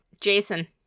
Jason